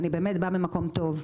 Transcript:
אני באמת באה ממקום טוב,